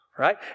right